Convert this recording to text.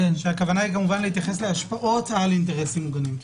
הכוונה כמובן להתייחס להשפעות על אינטרסים מוגנים.